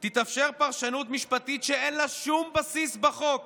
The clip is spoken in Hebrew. תתאפשר פרשנות משפטית שאין לה שום בסיס בחוק